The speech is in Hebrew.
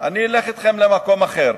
אני אלך אתכם למקום אחר.